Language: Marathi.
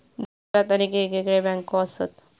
जगभरात अनेक येगयेगळे बँको असत